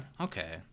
Okay